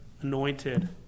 anointed